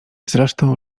zresztą